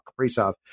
Kaprizov